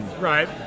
Right